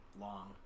long